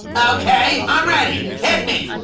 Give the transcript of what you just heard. okay, i'm ready. hit me.